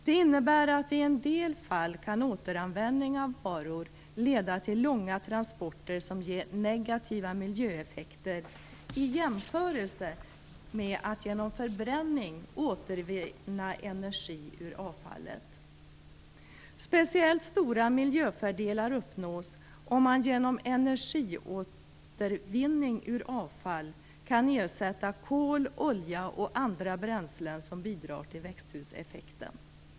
Det innebär att återanvändning av varor i en del fall kan leda till långa transporter som ger negativa miljöeffekter i jämförelse med att genom förbränning återvinna energi ur avfallet. Speciellt stora miljöfördelar uppnås om man genom energiåtervinning ur avfall kan ersätta kol, olja och andra bränslen som bidrar till växthuseffekten.